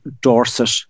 Dorset